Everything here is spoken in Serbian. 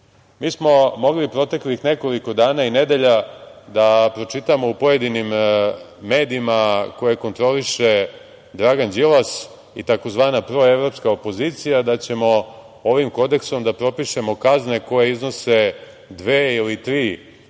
Mi smo mogli proteklih nekoliko dana i nedelja da pročitamo u pojedinim medijima koje kontroliše Dragan Đilas i tzv. proevropska opozicija da ćemo ovim kodeksom da propišemo kazne koje iznose dve ili tri poslaničke